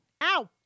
Ow